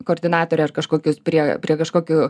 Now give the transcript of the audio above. koordinatore aš kažkokius prie prie kažkokių